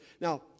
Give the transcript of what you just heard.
Now